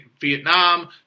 Vietnam